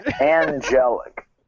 angelic